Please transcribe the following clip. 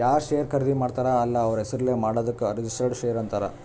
ಯಾರ್ ಶೇರ್ ಖರ್ದಿ ಮಾಡ್ತಾರ ಅಲ್ಲ ಅವ್ರ ಹೆಸುರ್ಲೇ ಮಾಡಾದುಕ್ ರಿಜಿಸ್ಟರ್ಡ್ ಶೇರ್ ಅಂತಾರ್